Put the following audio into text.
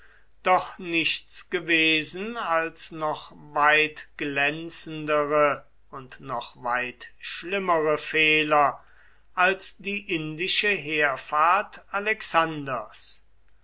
doch nichts gewesen als noch weit glänzendere und noch weit schlimmere fehler als die indische heerfahrt alexanders